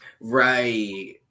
Right